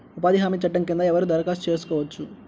ఉపాధి హామీ చట్టం కింద ఎవరు దరఖాస్తు చేసుకోవచ్చు?